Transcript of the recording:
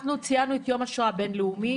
אנחנו ציינו את יום השואה הבינלאומי,